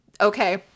Okay